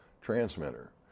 transmitter